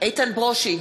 איתן ברושי,